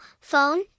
phone